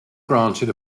granted